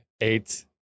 eight